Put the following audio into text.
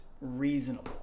reasonable